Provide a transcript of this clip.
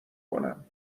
کنم